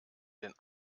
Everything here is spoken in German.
den